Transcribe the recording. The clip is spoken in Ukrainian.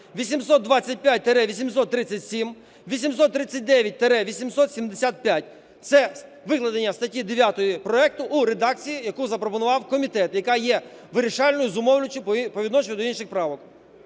825-837, 839-875. Це викладення статті 9 проекту у редакції, яку запропонував комітет, яка є вирішальною, зумовлюючою по відношенню до інших правок.